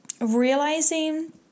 realizing